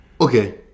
okay